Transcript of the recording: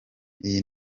iyi